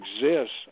exists